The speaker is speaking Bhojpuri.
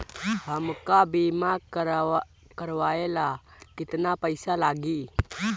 हमका बीमा करावे ला केतना पईसा लागी?